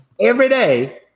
everyday